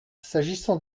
s’agissant